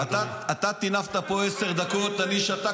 אדוני.